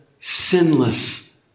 sinless